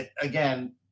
Again